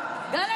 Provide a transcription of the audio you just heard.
הוא עזר.